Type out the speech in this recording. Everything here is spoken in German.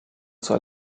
zur